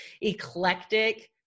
eclectic